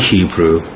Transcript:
Hebrew